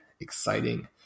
exciting